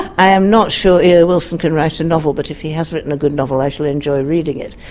i am not sure eo wilson can write a novel, but if he has written a good novel i shall enjoy reading it.